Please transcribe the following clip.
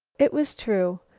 it was true.